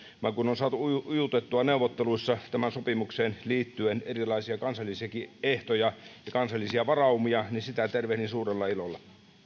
vaan kun on saatu ujutettua neuvotteluissa tähän sopimukseen liittyen erilaisia kansallisiakin ehtoja ja kansallisia varaumia niin sitä tervehdin suurella ilolla